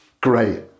great